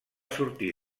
sortir